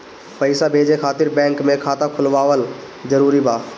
पईसा भेजे खातिर बैंक मे खाता खुलवाअल जरूरी बा?